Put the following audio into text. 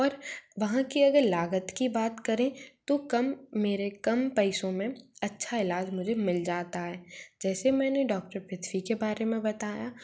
पर वहाँ की अगर लागत की बात करें तो कम मेरे कम पइसों में अच्छा इलाज मुझे मिल जाता है जैसे मैंने डॉक्टर पृथ्वी के बारे में बताया